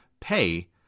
pay